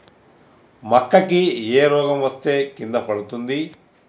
మక్కా కి ఏ రోగం వస్తే కింద పడుతుంది?